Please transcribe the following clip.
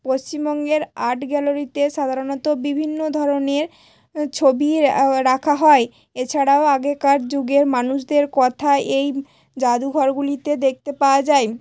পশ্চিমবঙ্গের আর্ট গ্যালারিতে সাধারণত বিভিন্ন ধরনের ছবি রাখা হয় এছাড়াও আগেকার যুগের মানুষদের কথা এই যাদুঘরগুলিতে দেখতে পাওয়া যায়